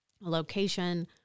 location